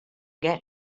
get